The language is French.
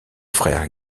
frère